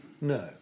No